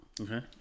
Okay